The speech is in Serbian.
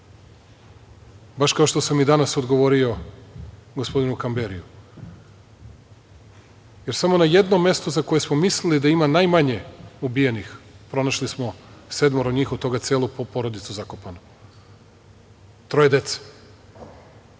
baš kao što sam i danas odgovori gospodinu Kamberiju, jer samo na jednom mestu za koje smo mislili da ima najmanje ubijenih, pronašli smo sedmoro njih, a od toga celu porodicu zakopanu, troje dece.Za